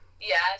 Yes